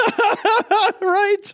right